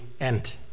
end